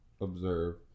observe